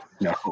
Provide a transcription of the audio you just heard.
no